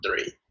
three